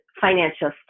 financial